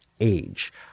age